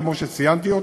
כמו שציינתי,